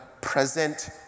present